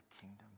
kingdom